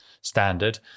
standard